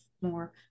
more